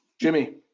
Jimmy